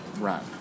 run